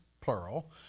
plural